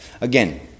Again